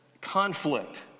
conflict